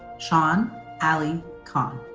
sean ali khan.